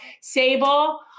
Sable